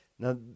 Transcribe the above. Now